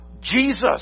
Jesus